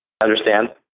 Understand